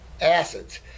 Acids